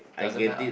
doesn't matter